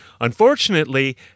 Unfortunately